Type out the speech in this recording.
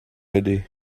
ydy